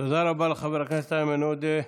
תודה רבה לחבר הכנסת איימן עודה.